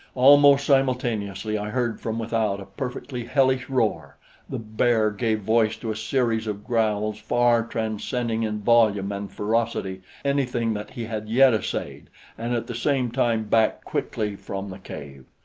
almost simultaneously i heard from without a perfectly hellish roar the bear gave voice to a series of growls far transcending in volume and ferocity anything that he had yet essayed and at the same time backed quickly from the cave.